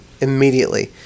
immediately